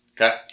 Okay